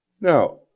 Now